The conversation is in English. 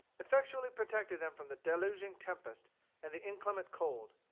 effectually protected them from the deluging tempest and the inclement cold.